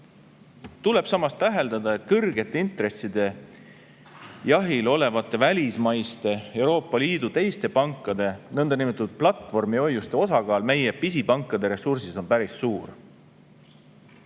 tuleb täheldada, et kõrgete intresside jahil olevate välismaiste, Euroopa Liidu teiste pankade nõndanimetatud platvormihoiuste osakaal meie pisipankade ressursis on päris suur,